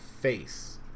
face